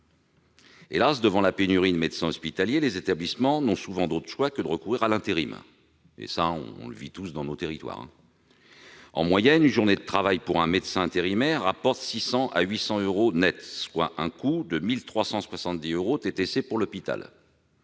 Hélas, devant la pénurie de médecins hospitaliers, les établissements n'ont souvent d'autre choix que de recourir à l'intérim. Nous le vivons tous dans nos territoires. En moyenne, une journée de travail pour un médecin intérimaire lui rapporte entre 600 et 800 euros nets, soit un coût de 1 370 euros TTC pour l'hôpital,